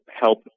help